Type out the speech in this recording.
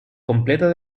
completa